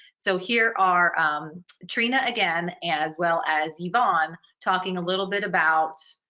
so here are trina again, as well as yvonne talking a little bit about